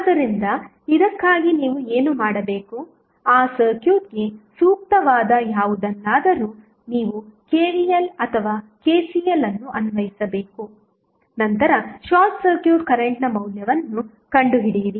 ಆದ್ದರಿಂದ ಇದಕ್ಕಾಗಿ ನೀವು ಏನು ಮಾಡಬೇಕು ಆ ಸರ್ಕ್ಯೂಟ್ಗೆ ಸೂಕ್ತವಾದ ಯಾವುದನ್ನಾದರೂ ನೀವು KVL ಅಥವಾ KCL ಅನ್ನು ಅನ್ವಯಿಸಬೇಕು ನಂತರ ಶಾರ್ಟ್ ಸರ್ಕ್ಯೂಟ್ ಕರೆಂಟ್ನ ಮೌಲ್ಯವನ್ನು ಕಂಡುಹಿಡಿಯಿರಿ